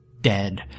dead